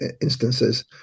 instances